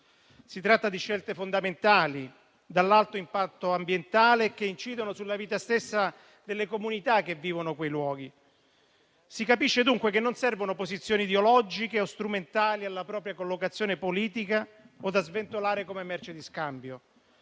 Si tratta di scelte fondamentali, dall'alto impatto ambientale, che incidono sulla vita stessa delle comunità che vivono quei luoghi. Si capisce dunque che non servono posizioni ideologiche o strumentali alla propria collocazione politica o da sventolare come merce di scambio.